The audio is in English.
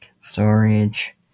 storage